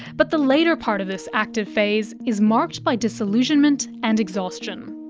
but the later part of this active phase is marked by disillusionment and exhaustion.